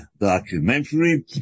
documentary